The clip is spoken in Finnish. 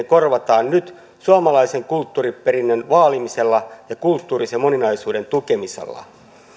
korvataan nyt suomalaisen kulttuuriperinnön vaalimisella ja kulttuurisen moninaisuuden tukemisella